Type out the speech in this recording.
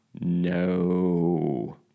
no